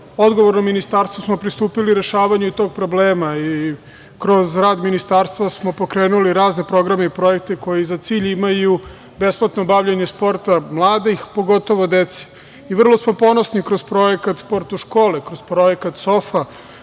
odgovorno ministarstvo pristupili rešavanju i tog problema. Kroz rad Ministarstva smo pokrenuli razne programe i projekte, koji za cilj imaju besplatno bavljenje sporta mladih, pogotovo dece. Vrlo smo ponosni kroz Projekat „Sport u škole“, kroz projekat „SOFA“,